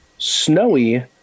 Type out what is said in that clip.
snowy